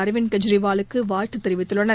அர்விந்த் கெஜ்ரிவாலுக்கு வாழ்த்து தெரிவித்துள்ளனர்